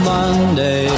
Monday